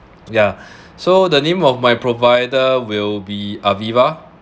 ya so the name of my provider will be AVIVA